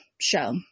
show